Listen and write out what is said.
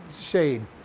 shade